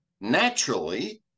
Naturally